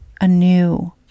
anew